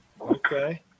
Okay